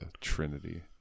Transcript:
trinity